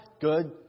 Good